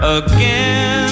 again